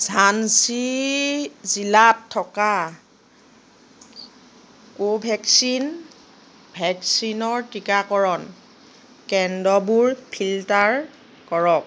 ঝান্সী জিলাত থকা কোভেক্সিন ভেকচিনৰ টীকাকৰণ কেন্দ্ৰবোৰ ফিল্টাৰ কৰক